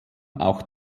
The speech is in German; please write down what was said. auch